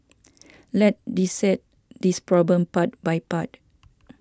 let dissect this problem part by part